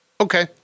Okay